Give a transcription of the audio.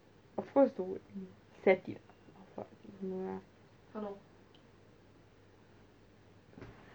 of course it's to set it [what] don't know lah